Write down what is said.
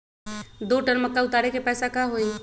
दो टन मक्का उतारे के पैसा का होई?